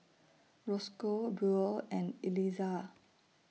Rosco Buell and Elizah